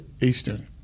Eastern